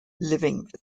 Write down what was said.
living